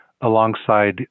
alongside